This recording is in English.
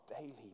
daily